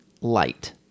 light